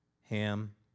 Ham